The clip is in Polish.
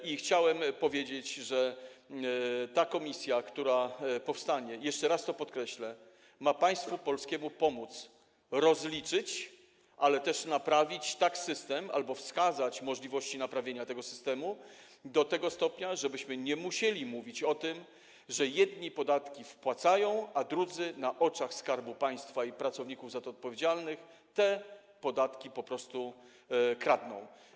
I chciałem powiedzieć, że ta komisja, która powstanie, jeszcze raz to podkreślę, ma państwu polskiemu pomóc to rozliczyć, ale też naprawić tak system albo wskazać możliwości takiego naprawienia tego systemu, żebyśmy nie musieli mówić o tym, że jedni podatki wpłacają, a drudzy na oczach Skarbu Państwa i pracowników za to odpowiedzialnych te podatki po prostu kradną.